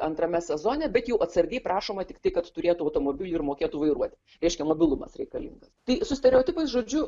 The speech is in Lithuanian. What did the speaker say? antrame sezone bet jau atsargiai prašoma tik tiek kad turėtų automobilį ir mokėtų vairuoti reiškia mobilumas reikalingas tai su stereotipais žodžiu